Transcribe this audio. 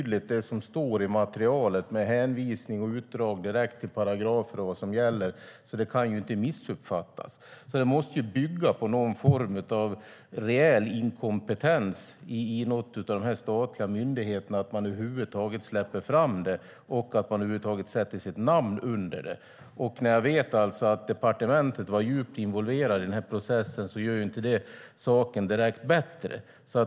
Det som står i materialet med hänvisning till och utdrag direkt ur paragrafer om vad som gäller är så tydligt att det inte kan missuppfattas. Att man över huvud taget släpper fram det och sätter sitt namn under det måste alltså bygga på någon form av rejäl inkompetens i någon av de statliga myndigheterna, och att departementet var djupt involverat i den här processen gör inte saken bättre.